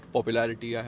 popularity